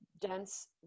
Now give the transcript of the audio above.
dense